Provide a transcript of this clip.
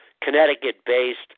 Connecticut-based